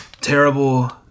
terrible